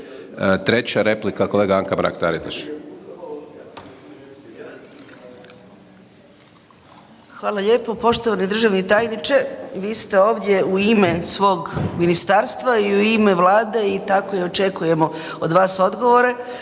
**Mrak-Taritaš, Anka (GLAS)** Hvala lijepo. Poštovani državni tajniče, vi ste ovdje u ime svog ministarstva i u ime Vlade i tako i očekujemo od vas odgovore.